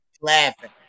Laughing